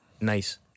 nice